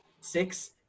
six